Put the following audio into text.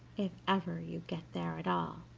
if ever you get there at all